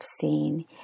seen